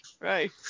Right